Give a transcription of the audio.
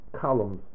columns